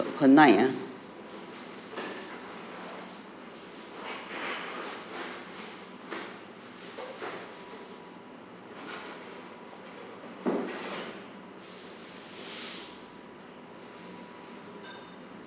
per night ah